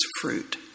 fruit